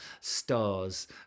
stars